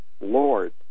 Lord